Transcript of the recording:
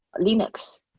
linux,